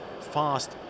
fast